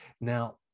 Now